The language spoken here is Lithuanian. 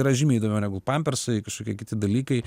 yra žymiai daugiau negu pampersai kažkokie kiti dalykai